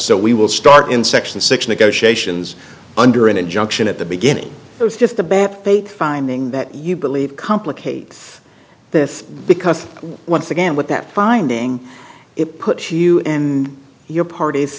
so we will start in section six negotiations under an injunction at the beginning there's just the bad faith finding that you believe complicate this because once again with that finding it puts you and your parties